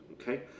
okay